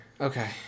Okay